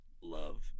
love